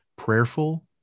prayerful